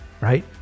right